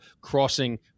Crossing